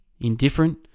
indifferent